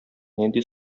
нинди